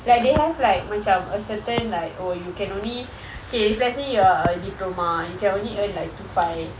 like they have like macam a certain like oh you can only okay if let's say you are a diploma then you can only earn like two five